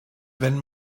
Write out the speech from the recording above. wenn